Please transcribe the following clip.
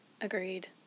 Agreed